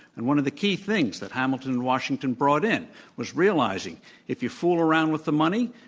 and one of the key things that hamilton and washington brought in was realizing if you fool around with the money,